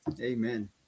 Amen